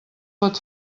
pot